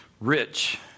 Rich